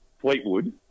Fleetwood